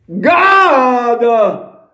God